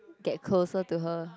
get closer to her